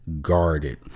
guarded